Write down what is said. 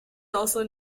also